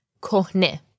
Kohne